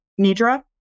nidra